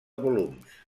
volums